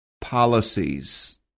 policies